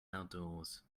outdoors